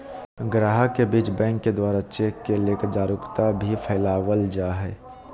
गाहक के बीच बैंक के द्वारा चेक के लेकर जागरूकता भी फैलावल जा है